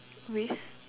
with